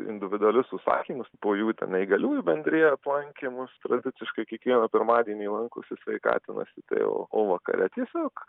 individualius užsakymus po jų ten neįgaliųjų bendrija aplankė mus tradiciškai kiekvieną pirmadienį lankosi sveikatinasi tai o vakare tiesiog